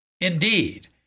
Indeed